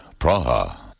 Praha